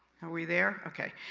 are we there? okay!